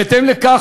בהתאם לכך,